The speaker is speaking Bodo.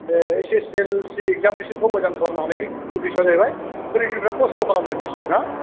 बे ऐत्स एस एल सि एक्जामिनेसोनखौ मोजां खालामनो हानायनि उद्देस्स' जाहैबाय फोरोंगिरिफ्रा खस्थ' खालामदों खालामदों निस्सय ना